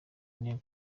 rwa